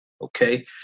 okay